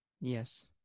Yes